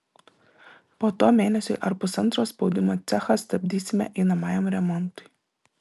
po to mėnesiui ar pusantro spaudimo cechą stabdysime einamajam remontui